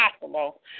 possible